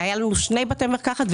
היו לנו שני בתי מרקחת,